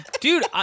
dude